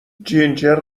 جینجر